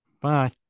Bye